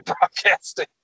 broadcasting